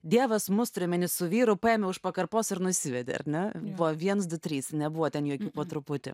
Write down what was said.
dievas mus turi omeny su vyru paėmė už pakarpos ir nusivedė ar ne buvo viens du trys nebuvo ten jokių po truputį